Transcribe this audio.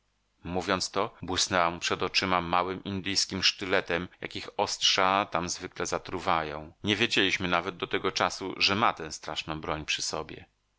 mówiąc to błysnęła mu przed oczyma małym indyjskim sztyletem jakich ostrza tam zwykle zatruwają nie wiedzieliśmy nawet do tego czasu że ma tę straszną broń przy sobie